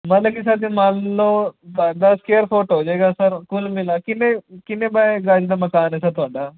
ਮਤਲਬ ਕਿ ਸਰ ਜੇ ਮੰਨ ਲਓ ਦਾ ਦਸ ਸਕੇਅਰ ਫੁੱਟ ਹੋ ਜਾਵੇਗਾ ਸਰ ਕੁਲ ਮਿਲਾ ਕੇ ਕਿੰਨੇ ਕਿੰਨੇ ਬਾਏ ਗਜ ਦਾ ਮਕਾਨ ਹੈ ਸਰ ਤੁਹਾਡਾ